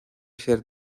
ser